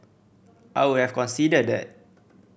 I would have considered that